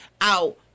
out